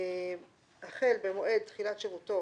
החל במועד תחילת שירותו